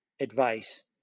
advice